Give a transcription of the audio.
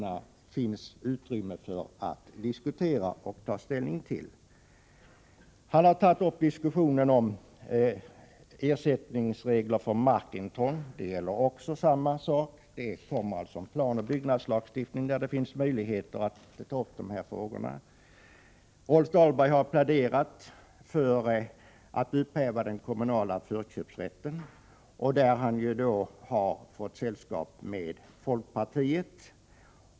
Då finns det utrymme för att diskutera och ta ställning till alla dessa frågor. Rolf Dahlberg har tagit upp en diskussion om ersättningsreglerna för markintrång. Där gäller samma sak — det kommer en planoch bygglagstiftning, så det finns möjligheter att ta upp frågorna. Rolf Dahlberg har pläderat för att upphäva den kommunala förköpsrätten, där han har fått sällskap med folkpartiet.